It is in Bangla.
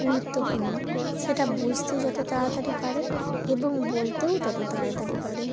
গুরুত্বপূর্ণ সেটা বুঝতে যত তাড়াতাড়ি পারে এবং বলতেও তত তাড়াতাড়ি পারে